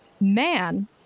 man